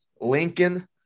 Lincoln